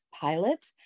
pilot